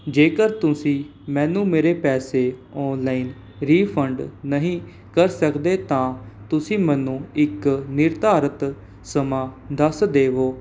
ਜੇਕਰ ਤੁਸੀਂ ਮੈਨੂੰ ਮੇਰੇ ਪੈਸੇ ਔਨਲਾਈਨ ਰੀਫੰਡ ਨਹੀਂ ਕਰ ਸਕਦੇ ਤਾਂ ਤੁਸੀਂ ਮੈਨੂੰ ਇੱਕ ਨਿਰਧਾਰਤ ਸਮਾਂ ਦੱਸ ਦੇਵੋ